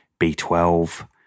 B12